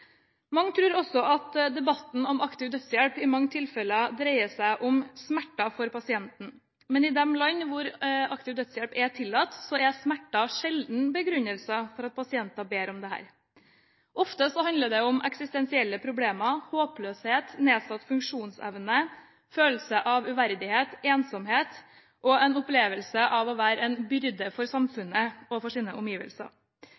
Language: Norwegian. Mange tror debatten om aktiv dødshjelp i mange tilfeller dreier seg om smerter for pasienten, men i de land hvor aktiv dødshjelp er tillatt, er smerter sjelden begrunnelsen for at pasienter ber om dette. Ofte handler det om eksistensielle problemer – håpløshet, nedsatt funksjonsevne, følelse av uverdighet, ensomhet og en opplevelse av å være en byrde for